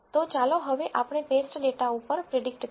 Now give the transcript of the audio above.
તો ચાલો હવે આપણે ટેસ્ટ ડેટા ઉપર પ્રીડીકટ કરીએ